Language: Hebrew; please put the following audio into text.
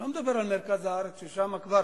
ואני לא מדבר על מרכז הארץ, ששם כבר